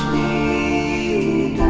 a